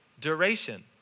duration